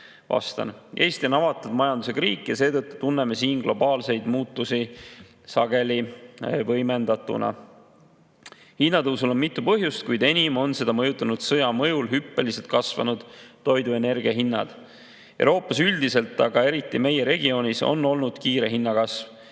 Vastan. Eesti on avatud majandusega riik ja seetõttu tunneme siin globaalseid muutusi sageli võimendatuna. Hinnatõusul on mitu põhjust, kuid enim on seda mõjutanud sõja mõjul hüppeliselt kasvanud toidu‑ ja energiahinnad. Euroopas üldiselt, aga eriti meie regioonis on olnud kiire hinnakasv.